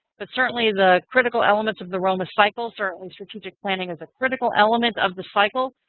but certainly the critical elements of the roma cycle, certainly strategic planning is a critical element of the cycle.